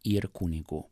ir kunigų